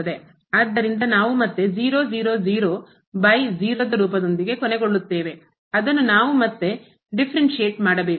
ಆದ್ದರಿಂದ ನಾವು ಮತ್ತೆ by ಛೇದ ದ ರೂಪದೊಂದಿಗೆ ಕೊನೆಗೊಳ್ಳುತ್ತೇವೆ ಅದನ್ನು ನಾವು ಮತ್ತೆ differentiate ಮಾಡಬೇಕು